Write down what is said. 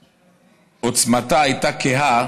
עוצמתה הייתה קהה